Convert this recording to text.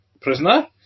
prisoner